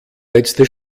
letzte